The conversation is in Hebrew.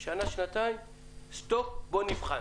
שנה, שנתיים, סטופ, בואו נבחן.